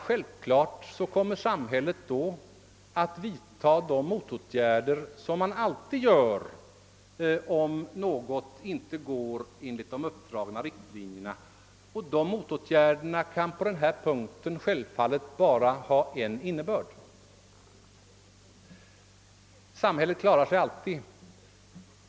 Naturligtvis kommer sam hället då att vidta motåtgärder, som det alltid gör om något inte går enligt de uppdragna riktlinjerna, och dessa motåtgärder kan i detta fall självfallet bara ha en innebörd. Samhället klarar sig alltid.